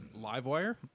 Livewire